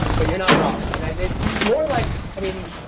but you're not wrong. and i mean more like, i mean,